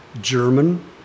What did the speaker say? German